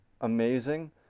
amazing